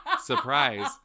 Surprise